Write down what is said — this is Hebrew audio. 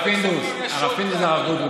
הרב פינדרוס והרב אבוטבול,